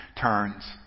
turns